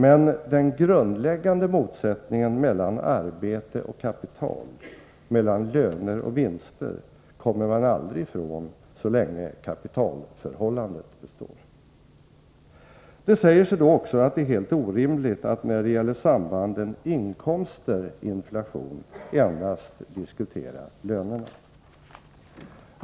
Men den grundläggande motsättningen mellan arbete och kapital, mellan löner och vinster, kommer man aldrig ifrån så länge kapitalförhållandet består. Det säger sig då också att det är helt orimligt att när det gäller sambandet inkomster-inflation endast diskutera lönerna.